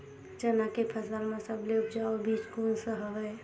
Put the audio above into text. चना के फसल म सबले उपजाऊ बीज कोन स हवय?